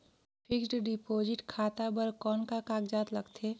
Fixed deposit खाता बर कौन का कागजात लगथे?